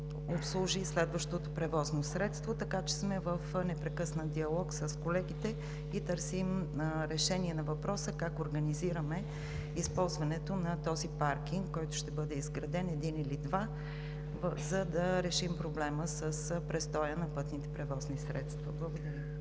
обслужи и следващото превозно средство. Така че сме в непрекъснат диалог с колегите и търсим решение на въпроса как организираме използването на този паркинг, който ще бъде изграден – един или два, за да решим проблема с престоя на пътните превозни средства. Благодаря.